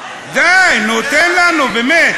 די, נו, תן לנו, באמת.